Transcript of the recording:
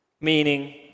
meaning